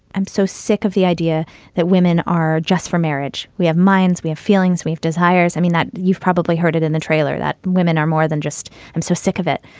i'm so sick of the idea that women are just for marriage. we have minds, we have feelings, we have desires. i mean, that you've probably heard it in the trailer that women are more than just i'm so sick of it.